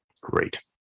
Great